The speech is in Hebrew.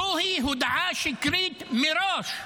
זוהי הודעה שקרית מראש,